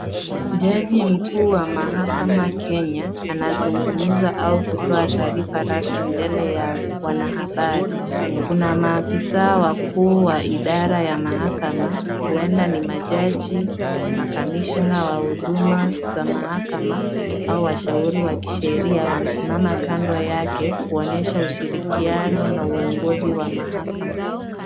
Jaji mkuu wa mahakama Kenya anazungumza au kutoa taarifa rasmi mbele ya wanahabari. Kuna maafisa wakuu wa idara ya mahakama huenda ni majaji , makamishina wahuduma za mahakama au washauri wa sheria wamesimama kando yake kuonyesha ushirikiano na uongozi wa mahakama.